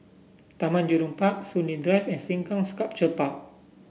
Taman Jurong Park Soon Lee Drive and Sengkang Sculpture Park